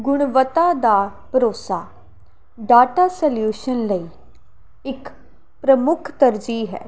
ਗੁਣਵੱਤਾ ਦਾ ਭਰੋਸਾ ਡਾਟਾ ਸਲਿਊਸ਼ਨ ਲਈ ਇੱਕ ਪ੍ਰਮੁੱਖ ਤਰਜੀਹ ਹੈ